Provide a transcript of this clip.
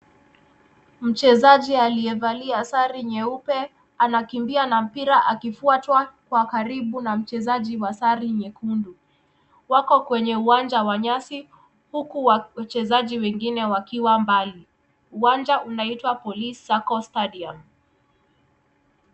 Mchezaji aliyevalia athari nyeupe anakimbia ana mpira akifuatwa kwa karibu na mchezaji wa sare nyekundu. Wako kwenye uwanja wa nyasi huku wachezaji wengine wakiwa mbali. Uwanja unaitwa Polisi Circle Stadium.